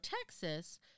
Texas